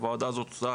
הוועדה הזאת עושה